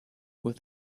with